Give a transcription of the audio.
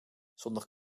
zonder